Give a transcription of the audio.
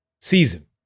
season